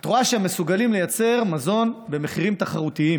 את רואה שהם מסוגלים לייצר מזון במחירים תחרותיים.